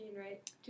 right